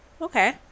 Okay